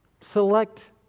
select